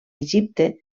egipte